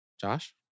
Josh